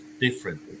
different